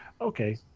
Okay